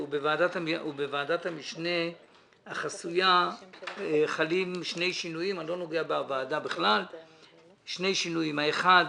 בוועדת המשנה החסויה חלים שני שינויים כאשר האחד